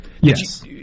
Yes